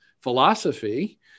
philosophy